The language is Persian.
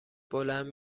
بلند